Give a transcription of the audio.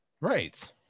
Right